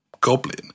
goblin